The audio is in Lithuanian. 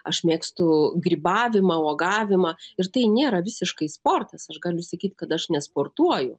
aš mėgstu grybavimą uogavimą ir tai nėra visiškai sportas aš galiu sakyt kad aš nesportuoju